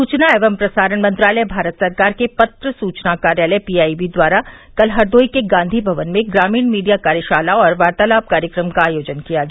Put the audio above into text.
सूचना एवं प्रसारण मंत्रालय भारत सरकार के पत्र सूचना कार्यालय पीआईबी द्वारा कल हरदोई के गांधी भवन में ग्रामीण मीडिया कार्यशाला और वार्तालाप कार्यक्रम का आयोजन किया गया